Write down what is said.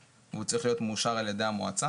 והוא צריך להיות מאושר על ידי המועצה.